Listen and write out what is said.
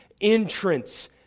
entrance